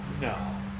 No